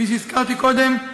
כפי שהזכרתי קודם,